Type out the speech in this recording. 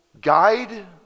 guide